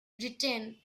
retain